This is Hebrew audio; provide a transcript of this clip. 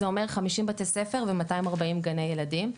זה אומר 50 בתי ספר ו-240 גני ילדים.